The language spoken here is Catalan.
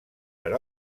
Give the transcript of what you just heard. per